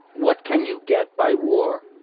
what can you get by war?